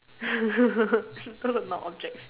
those are not objects